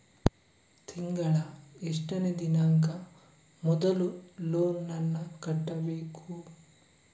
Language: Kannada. ತಿಂಗಳ ಎಷ್ಟನೇ ದಿನಾಂಕ ಮೊದಲು ಲೋನ್ ನನ್ನ ಕಟ್ಟಬೇಕು?